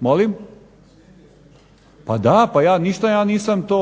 Molim? Pa ja ništa, ja nisam to